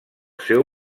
seu